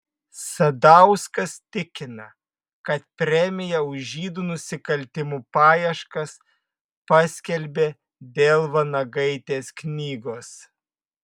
sadauskas tikina kad premiją už žydų nusikaltimų paieškas paskelbė dėl vanagaitės knygos